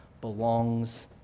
Belongs